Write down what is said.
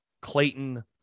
Clayton